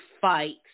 fight